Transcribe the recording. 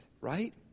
right